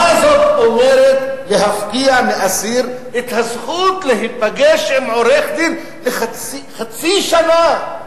מה זאת אומרת להפקיע מאסיר את הזכות להיפגש עם עורך-דין חצי שנה?